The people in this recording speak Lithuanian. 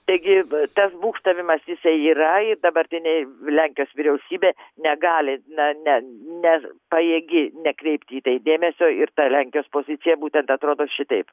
taigi tas būgštavimas jisai yra ir dabartinė lenkijos vyriausybė negali na ne ne pajėgi nekreipti į tai dėmesio ir ta lenkijos pozicija būtent atrodo šitaip